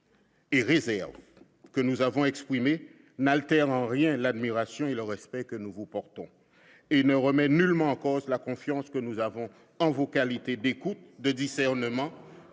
ministre, que nous avons exprimées n'altèrent en rien l'admiration et le respect que nous vous portons et ne remettent nullement en cause la confiance que nous avons en vos qualités d'écoute, de discernement